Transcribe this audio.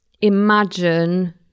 imagine